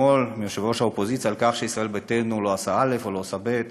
אתמול מיושב-ראש האופוזיציה על כך שישראל ביתנו לא עושה א' ולא עושה ב'.